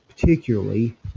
particularly